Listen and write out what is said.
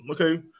okay